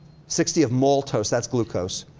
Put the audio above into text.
sixty of maltose, that's glucose.